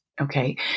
okay